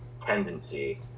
tendency